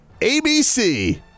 ABC